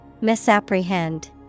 Misapprehend